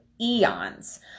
eons